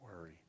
worry